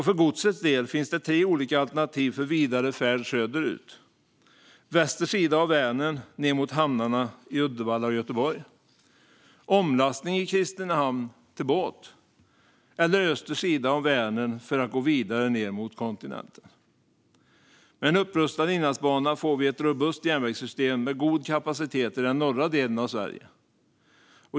För godsets del finns tre olika alternativ för vidare färd söderut: väster sida av Vänern ned mot hamnarna i Uddevalla och Göteborg omlastning i Kristinehamn till båt öster sida om Vänern ned mot kontinenten. Med en upprustad inlandsbana får vi ett robust järnvägssystem med god kapacitet i den norra delen av Sverige.